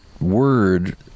word